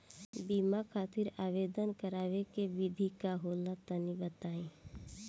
बीमा खातिर आवेदन करावे के विधि का होला तनि बताईं?